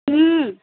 हम्म